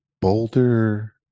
Boulder